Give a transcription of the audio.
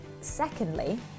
secondly